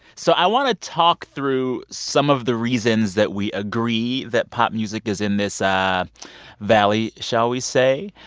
so i want to talk through some of the reasons that we agree that pop music is in this ah valley, shall we say?